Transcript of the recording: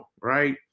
right